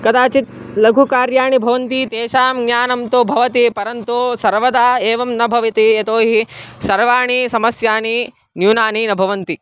कदाचित् लघुकार्याणि भवन्ति तेषां ज्ञानं तु भवति परन्तु सर्वदा एवं न भविति यतोहि सर्वाणि समस्यानि न्यूनानि न भवन्ति